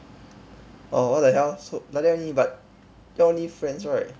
oh what the hell so like that only but now only friends right